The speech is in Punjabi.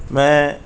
ਮੈਂ